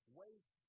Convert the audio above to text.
waste